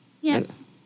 Yes